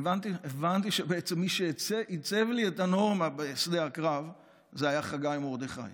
והבנתי שמי שבעצם עיצב לי את הנורמה בשדה הקרב היה חגי מרדכי.